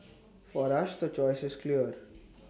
for us the choice is clear